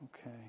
Okay